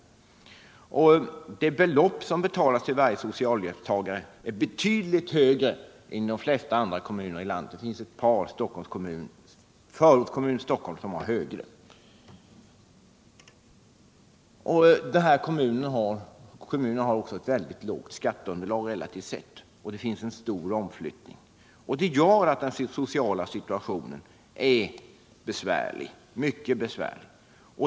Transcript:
Det belopp som betalas ut till varje socialhjälpstagare är betydligt högre än i de flesta andra kommuner i landet — det finns ett par förortskommuner i Stock holm som betalar ut högre belopp. Kommunen har också ett relativt sett mycket lågt skatteunderlag, och det förekommer en stor omflyttning. Allt detta gör att den sociala situationen är mycket besvärlig.